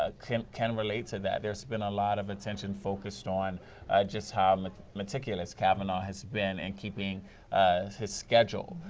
ah can can relate to that. there has been a lot of attention focused on just how meticulous kavanaugh has been in and keeping his schedule.